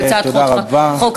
על הצעת חוק חשובה.